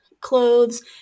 clothes